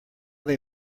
they